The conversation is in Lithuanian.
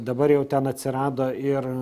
dabar jau ten atsirado ir